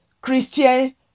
Christian